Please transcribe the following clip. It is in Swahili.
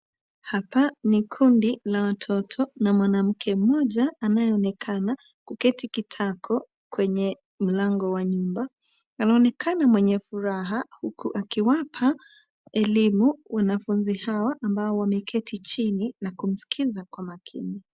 Hapa ni kundi la watoto na mwanamke mmoja anayeonekana kuketi kitako kwenye mlango wa nyumba. Anaonekana mwenye furaha huku akiwapa elimu wanafunzi hawa ambao wameketi chini na kumsikiza kwa makini.